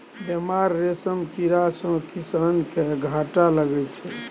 बेमार रेशम कीड़ा सँ किसान केँ घाटा लगै छै